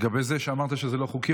לגבי זה שאמרת שזה לא חוקי,